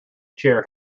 chair